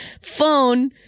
phone